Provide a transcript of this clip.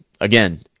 Again